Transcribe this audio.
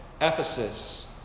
Ephesus